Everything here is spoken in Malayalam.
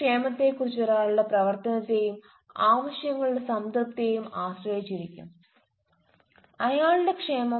ക്ഷേമത്തെക്കുറിച്ച് ഒരാളുടെ പ്രവർത്തനത്തെയും ആവശ്യങ്ങളുടെ സംതൃപ്തിയെയും ആശ്രയിച്ചിരിക്കും അയാളുടെ ക്ഷേമം